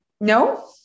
No